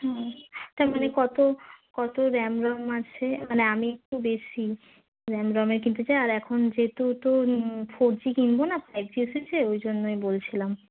হুম তার মানে কত কত র্যাম রম আছে মানে আমি একটু বেশি র্যাম রমের কিনতে চাই আর এখন যেহেতু তো ফোর জি কিনব না ফাইভ জি এসেছে ঐ জন্যই বলছিলাম